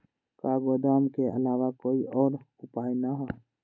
का गोदाम के आलावा कोई और उपाय न ह?